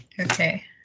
okay